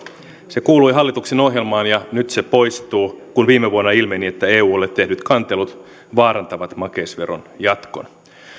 se kuului hallituksen ohjelmaan ja nyt se poistuu kun viime vuonna ilmeni että eulle tehdyt kantelut vaarantavat makeisveron jatkon